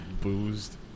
boozed